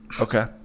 Okay